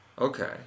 Okay